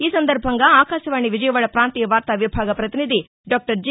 ఈ సందర్బంగా ఆకాశవాణి విజయవాడ ప్రాంతీయ వార్తా విభాగ ప్రతినిధి డాక్టర్ జి